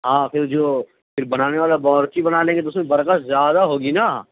ہاں پھر جو پھر بنانے والا باورچی بنا لیں گے تو اُس میں برکت زیادہ ہوگی نا